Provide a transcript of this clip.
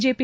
JP